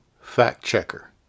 fact-checker